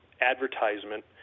advertisement